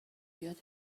یادت